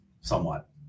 somewhat